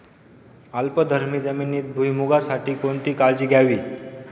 अल्कधर्मी जमिनीत भुईमूगासाठी कोणती काळजी घ्यावी?